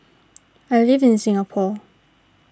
I live in Singapore